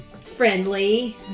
friendly